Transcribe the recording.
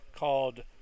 called